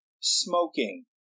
smoking